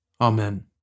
Amen